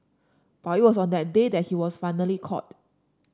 but it was on that day that he was finally caught